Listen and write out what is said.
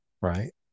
right